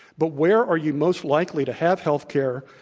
but where are you most likely to have health care,